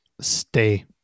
Stay